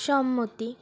সম্মতি